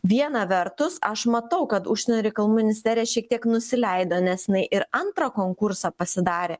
viena vertus aš matau kad užsienio reikalų ministerija šiek tiek nusileido nes jinai ir antrą konkursą pasidarė